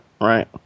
right